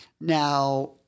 Now